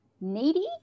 Needy